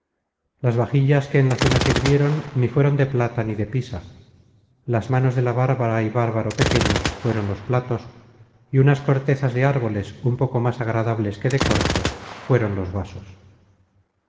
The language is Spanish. las vajillas que en la cena sirvieron ni fueron de plata ni de pisa las manos de la bárbara y bárbaro pequeños fueron los platos y unas cortezas de árboles un poco más agradables que de corcho fueron los vasos